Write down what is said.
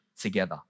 together